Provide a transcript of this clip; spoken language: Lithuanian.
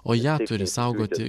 o ją turi saugoti